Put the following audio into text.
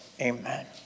Amen